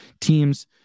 teams